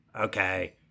Okay